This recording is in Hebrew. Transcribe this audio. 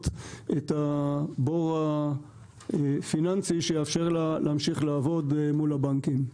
את הבור הפיננסי שיאפשר להמשיך לעבוד מול הבנקים.